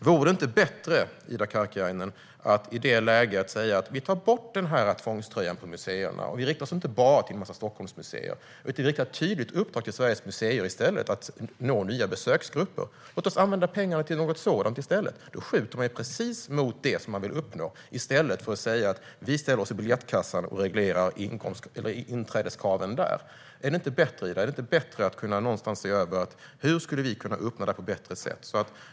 Vore det inte bättre, Ida Karkiainen, att i det läget ta bort tvångströjan för museerna och inte bara rikta sig till en massa Stockholmsmuseer? I stället skulle vi kunna rikta ett tydligt uppdrag till Sveriges museer att nå nya besöksgrupper. Låt oss använda pengarna till något sådant i stället. Då siktar man ju precis på det som man vill uppnå, i stället för att ställa sig i biljettkassan och reglera inträdeskraven. Är det inte bättre, Ida, att någonstans se över hur vi skulle kunna uppnå detta på ett bättre sätt?